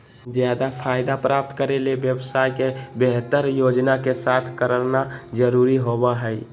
ज्यादा फायदा प्राप्त करे ले व्यवसाय के बेहतर योजना के साथ करना जरुरी होबो हइ